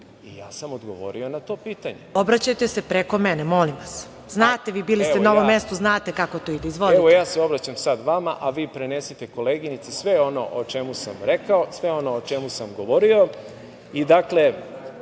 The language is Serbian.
i ja sam odgovorio na to pitanje. **Marija Jevđić** Obraćajte se preko mene, molim vas. Znate vi, bili ste na ovom mestu, znate kako to ide. **Đorđe Milićević** Evo, ja se obraćam sada vama, a vi prenesite koleginici sve ono o čemu sam rekao, sve ono o čemu sam govorio. Dakle,